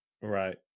Right